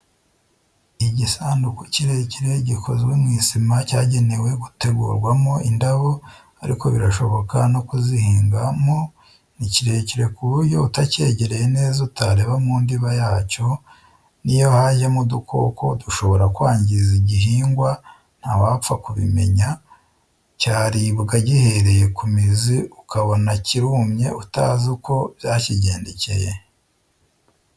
Igisanduku kirekire gikozwe mu isima cyagenewe gutegurwamo indabo, ariko birashoboka no kuzihingamo; ni kirekire ku buryo utakegereye neza utareba mu ndiba yacyo, n'iyo hajyamo udukoko dushobora kwangiza igihingwa ntawapfa kubimenya, cyaribwa gihereye ku mizi, ukabona kirumye, utazi uko byakigendekeye.